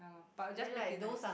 ya but it'll just make it nicer